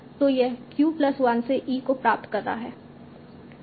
तो यह q plus 1 से e को प्राप्त कर रहा है